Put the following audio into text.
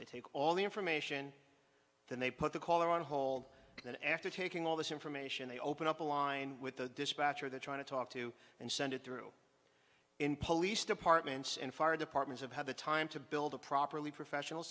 they take all the information that they put the caller on hold and then after taking all this information they open up a line with the dispatcher they're trying to talk to and send it through in police departments and fire departments have had the time to build a properly professional